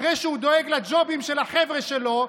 אחרי שהוא דואג לג'ובים של החבר'ה שלו,